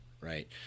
right